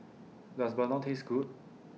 Does Bandung Taste Good